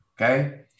okay